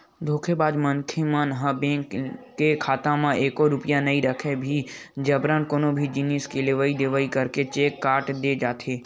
धोखेबाज मनखे मन ह बेंक के खाता म एको रूपिया नइ रहिके भी जबरन कोनो भी जिनिस के लेवई देवई करके चेक काट के दे जाथे